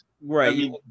Right